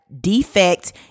defect